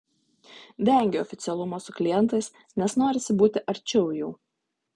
vengiu oficialumo su klientais nes norisi būti arčiau jų